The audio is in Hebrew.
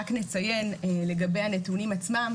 רק נציין לגבי הנתונים עצמם,